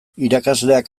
irakasleak